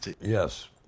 Yes